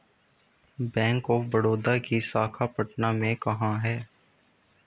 Bank of Baroda की शाखा पटना में कहाँ है?